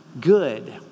good